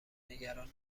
نگران